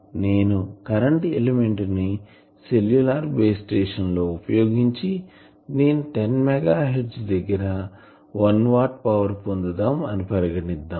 కానీ నేను current element ని సెల్యూలర్ బేస్ స్టేషన్ లో వుపయోగించి నేను 10 మెగా హెర్ట్జ్ దగ్గర 1 వాట్ పవర్ పొందుదాం అని పరిగణిద్దాం